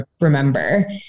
remember